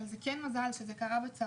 אבל זה כן מזל שזה מזל שזה קרה בצבא,